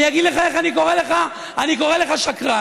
אני אגיד לך איך אני קורא לך: אני קורא לך שקרן,